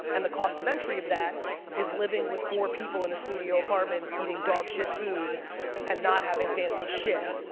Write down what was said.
and the cost of entry of that is living with four people in a studio apartment eating dog-shit food and not having fancy shit.